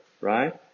right